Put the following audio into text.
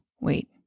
Wait